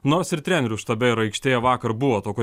nors ir trenerių štabe ir aikštėje vakar buvo tokio